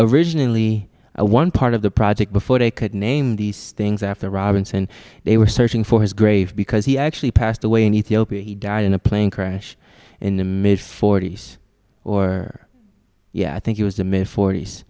originally one part of the project before they could name these things after robinson they were searching for his grave because he actually passed away in ethiopia he died in a plane crash in the mid forty's or yeah i think it was the mid fort